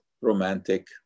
romantic